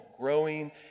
growing